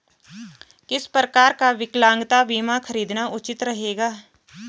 किस प्रकार का विकलांगता बीमा खरीदना उचित रहेगा?